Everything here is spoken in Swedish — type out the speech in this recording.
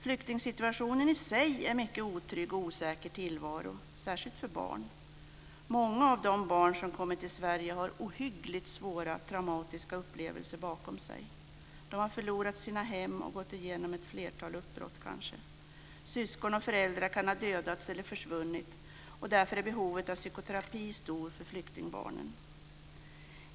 Flyktingsituationen innebär i sig en mycket otrygg och osäker tillvaro, särskilt för barn. Många av de barn som kommer till Sverige har ohyggligt svåra traumatiska upplevelser bakom sig. De kan ha förlorat sina hem och kanske gått igenom ett flertal uppbrott. Syskon och föräldrar kan ha dödats eller försvunnit. Därför är behovet av psykoterapi stort för flyktingbarnen.